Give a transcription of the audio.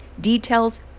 details